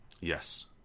Yes